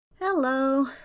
Hello